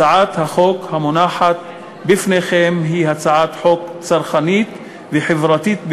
הצעת החוק המונחת בפניכם היא הצעת חוק צרכנית וחברתית במהותה,